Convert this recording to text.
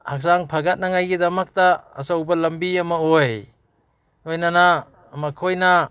ꯍꯛꯆꯥꯡ ꯐꯒꯠꯅꯉꯥꯏꯒꯤꯗꯃꯛꯇ ꯑꯆꯧꯕ ꯂꯝꯕꯤ ꯑꯃ ꯑꯣꯏ ꯂꯣꯏꯅꯅ ꯃꯈꯣꯏꯅ